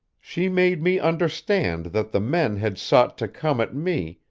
she made me understand that the men had sought to come at me,